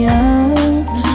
out